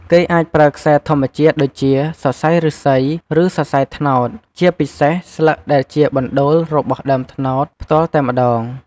គេអាចប្រើខ្សែធម្មជាតិដូចជា សរសៃឫស្សី ឬសរសៃត្នោត ជាពិសេសស្លឹកដែលជាបណ្តូររបស់ដើមត្នោតផ្ទាល់តែម្តង។